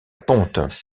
ponte